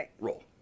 roll